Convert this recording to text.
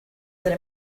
that